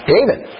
David